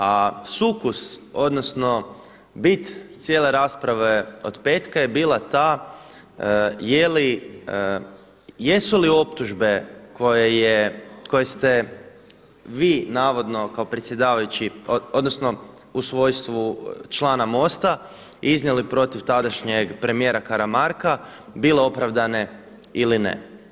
A sukus odnosno bit cijele rasprave od petka je bila ta je li, jesu li optužbe koje ste vi navodno kao predsjedavajući, odnosno u svojstvu člana MOST-a iznijeli protiv tadašnjeg premijera Karamarka bile opravdane ili ne.